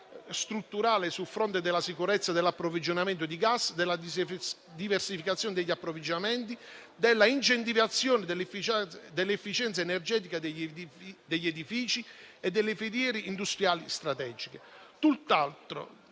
strutturale sul fronte della sicurezza, dell'approvvigionamento di gas, della diversificazione degli approvvigionamenti, della incentivazione dell'efficienza energetica degli edifici e delle filiere industriali strategiche.